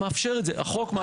מאפשר את זה, החוק מאפשר.